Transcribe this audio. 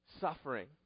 suffering